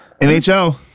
NHL